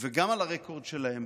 וגם על הרקורד שלהם